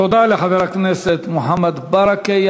תודה לחבר הכנסת מוחמד ברכה.